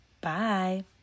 Bye